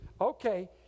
Okay